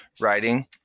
writing